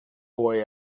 boy